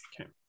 Okay